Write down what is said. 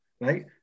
right